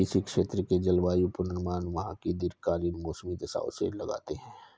किसी क्षेत्र के लिए जलवायु पूर्वानुमान वहां की दीर्घकालिक मौसमी दशाओं से लगाते हैं